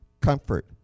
comfort